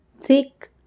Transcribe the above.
thick